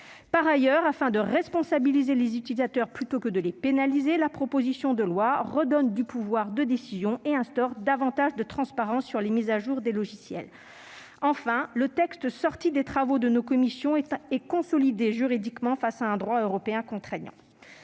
Par ailleurs, afin de responsabiliser les utilisateurs plutôt que de les pénaliser, la proposition de loi leur redonne du pouvoir de décision, instaurant davantage de transparence en matière de mises à jour logicielles. Enfin, le texte issu des travaux de nos commissions est juridiquement consolidé face à un droit européen contraignant.